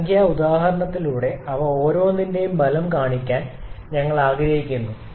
ഈ സംഖ്യാ ഉദാഹരണത്തിലൂടെ അവ ഓരോന്നിന്റെയും ഫലം കാണിക്കാൻ ഞങ്ങൾ ആഗ്രഹിക്കുന്നു